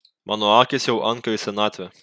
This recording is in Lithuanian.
mano akys jau anka į senatvę